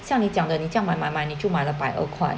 像你讲的你这样买买买你就买了百二块